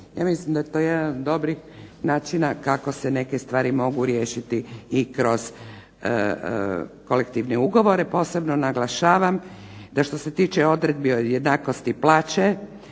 Ja mislim da je to jedan od dobrih način kako se te stvari mogu riješiti i kroz kolektivne ugovore. Posebno naglašavam da što se tiče odredbi o jednakosti plaće,